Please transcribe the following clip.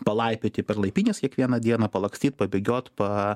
palaipioti per laipynes kiekvieną dieną palakstyt pabėgiot pa